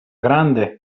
grande